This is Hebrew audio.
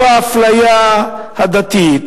לא האפליה הדתית,